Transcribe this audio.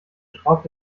schraubt